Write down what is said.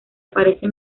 aparece